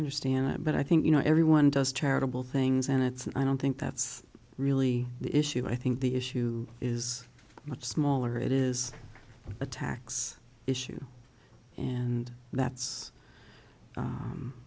understand that but i think you know everyone does charitable things and it's and i don't think that's really the issue i think the issue is much smaller it is a tax issue and that's